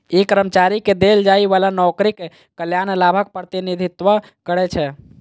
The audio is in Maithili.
ई कर्मचारी कें देल जाइ बला नौकरीक कल्याण लाभक प्रतिनिधित्व करै छै